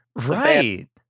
Right